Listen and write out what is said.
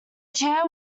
chair